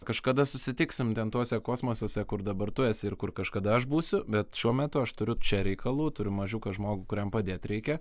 kažkada susitiksim ten tuose kosmosuose kur dabar tu esi ir kur kažkada aš būsiu bet šiuo metu aš turiu čia reikalų turiu mažiuką žmogų kuriam padėt reikia